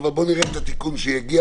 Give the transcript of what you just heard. אבל בוא נראה את התיקון שיגיע.